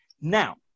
Now